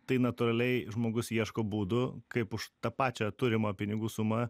tai natūraliai žmogus ieško būdų kaip už tą pačią turimą pinigų sumą